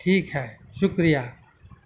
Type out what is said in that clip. ٹھیک ہے شکریہ